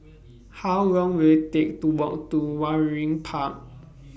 How Long Will IT Take to Walk to Waringin Park